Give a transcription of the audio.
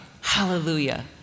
Hallelujah